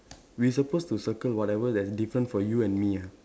we supposed to circle whatever that is different for you and me ah